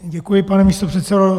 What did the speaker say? Děkuji pane, místopředsedo.